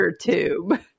tube